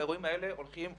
האירועים הללו הולכים ומתעצמים.